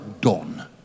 dawn